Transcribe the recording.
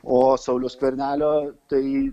o sauliaus skvernelio tai